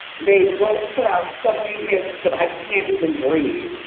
they both put out so many hits that i can't even breathe.